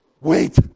Wait